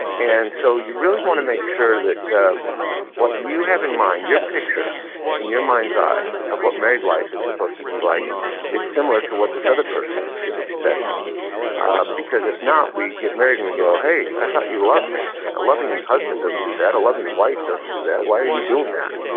and so you really want to make sure that what you have in mind, your picture in your mind's eye of what married life is supposed to be like is similar to what this other person is expecting because if not, we get married and we go, hey, i thought you love me. a loving husband doesn't do that. a loving wife doesn't do that. why are you doing that?